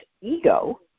ego